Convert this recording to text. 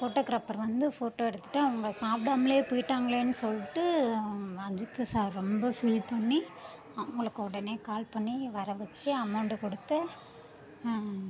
photographer வந்து photo எடுத்துட்டு அவங்க சாப்பிடாமலே போயிட்டாங்களேன்னு சொல்லிட்டு அஜித் சார் ரொம்ப ஃபீல் பண்ணி அவங்களுக்கு உடனே கால் பண்ணி வர வச்சு அமோண்டு கொடுத்து